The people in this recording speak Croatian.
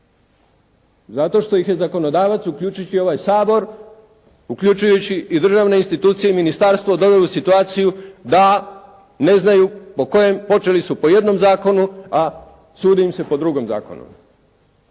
Zato što ih je zakonodavac uključujući i ovaj Sabor i uključujući i državne institucije i ministarstvo doveli u situaciju da ne znaju po kojem, počeli su po jednom zakonu, a sudi im se po drugom zakonu.